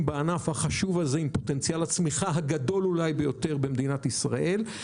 בענף החשוב הזה עם פוטנציאל הצמיחה אולי הגדול ביותר במדינת ישראל,